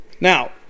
Now